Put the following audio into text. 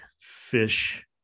fish